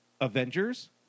Avengers